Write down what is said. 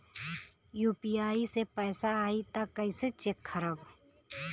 UPI से पैसा आई त कइसे चेक खरब?